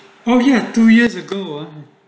oh ya two years ago ah